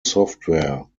software